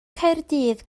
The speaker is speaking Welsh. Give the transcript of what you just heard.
caerdydd